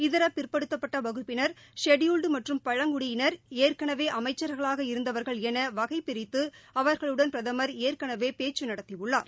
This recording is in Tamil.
இதரபிற்படுத்தப்பட்டவகுப்பினர் ஷெடியூல்டுமற்றும் பழங்குடியினர் ஏற்கனவேஅமைச்சர்களாக இருந்தவர்கள் எனவகைப்பிரித்துஅவர்களுடன் பிரதமர் ஏற்கனவேபேச்சுநடத்தியுள்ளார்